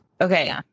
Okay